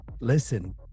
Listen